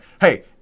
hey